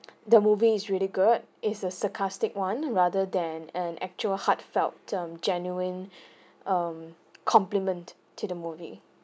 the movie is really good is a sarcastic one rather than an actual heartfelt um genuine um complement to the movie